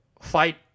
fight